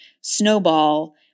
snowball